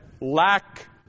lack